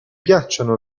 piacciono